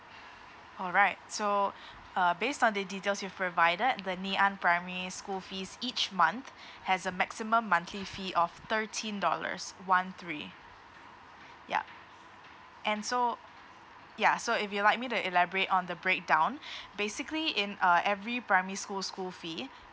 alright so uh based on the details you provided the ngee ann primary school fees each month has a maximum monthly fee of thirteen dollars one three ya and so ya so if you'd like me to elaborate on the breakdown basically in uh every primary school school fee